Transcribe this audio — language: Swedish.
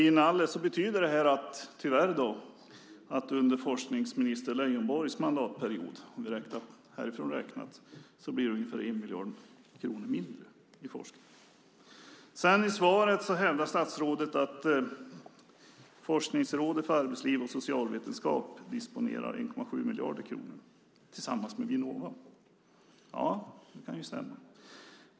Inalles betyder det här, tyvärr, att det under forskningsminister Leijonborgs mandatperiod, härifrån räknat, blir ungefär 1 miljard kronor mindre till forskning. I svaret hävdar statsrådet att Forskningsrådet för arbetsliv och socialvetenskap disponerar 1,7 miljarder kronor tillsammans med Vinnova. Ja, det kan ju stämma.